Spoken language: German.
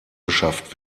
beschafft